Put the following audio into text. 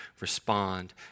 respond